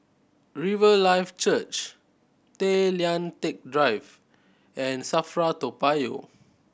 Riverlife Church Tay Lian Teck Drive and SAFRA Toa Payoh